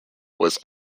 was